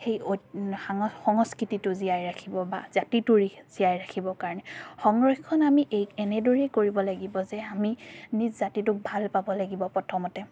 সেই ঐত সাং সংস্কৃতিটো জীয়াই ৰাখিব বা জাতিটো জীয়াই ৰাখিবৰ কাৰণে সংৰক্ষণ আমি এই এনেদৰেই কৰিব লাগিব যে আমি নিজ জাতিটোক ভাল পাব লাগিব প্ৰথমতে